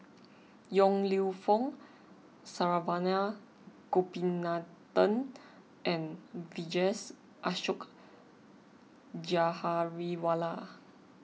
Yong Lew Foong Saravanan Gopinathan and Vijesh Ashok Ghariwala